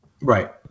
Right